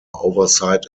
oversight